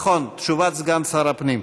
נכון, תשובת סגן שר הפנים.